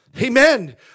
Amen